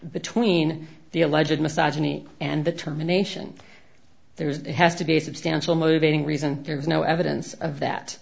between the alleged massage me and the terminations there's has to be a substantial motivating reason there was no evidence of that